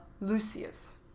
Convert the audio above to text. Lucius